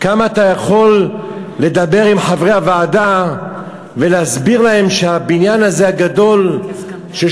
כמה אתה יכול לדבר עם חברי הוועדה ולהסביר להם שהבניין הגדול הזה,